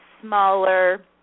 smaller